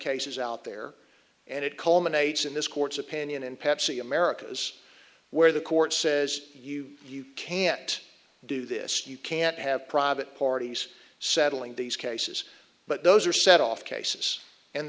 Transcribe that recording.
cases out there and it culminates in this court's opinion and pepsi americas where the court says you you can't do this you can't have private parties settling these cases but those are set off cases and